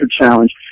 challenge